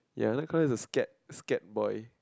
ya Nightcrawler is a scared scared boy